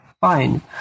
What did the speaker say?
fine